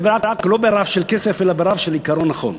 לא ברף של כסף אלא ברף של עיקרון נכון.